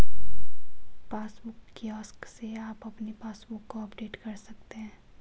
passbook kiosk से आप अपने पासबुक को अपडेट कर सकते हैं